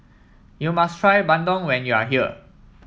you must try Bandung when you are here